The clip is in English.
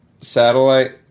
satellite